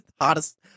Hottest